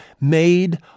made